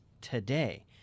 today